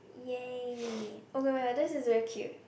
!yay! okay wait this is very cute